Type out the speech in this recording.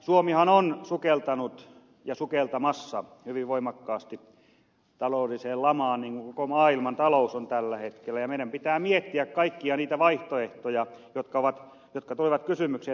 suomihan on sukeltanut ja sukeltamassa hyvin voimakkaasti taloudelliseen lamaan niin kuin koko maailman talous on sukeltamassa tällä hetkellä ja meidän pitää miettiä kaikkia niitä vaihtoehtoja jotka tulevat kysymykseen tässä tilanteessa